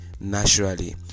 naturally